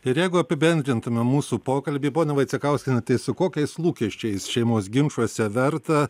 ir jeigu apibendrintume mūsų pokalbį ponia vaicekauskiene tai su kokiais lūkesčiais šeimos ginčuose verta